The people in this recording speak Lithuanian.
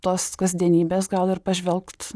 tos kasdienybės gal ir pažvelgt